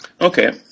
Okay